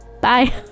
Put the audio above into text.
Bye